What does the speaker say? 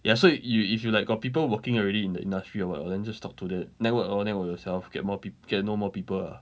ya so if you if you like got people working already in the industry or what orh then just talk to them network lor network yourself get more peop~ get to know more people ah